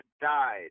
died